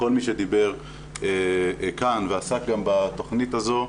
כל מי שדיבר כאן ועסק גם בתכנית הזאת,